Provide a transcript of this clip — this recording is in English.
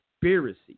conspiracy